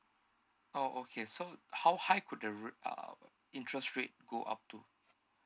oh okay so how high could the r~ uh interest rate go up to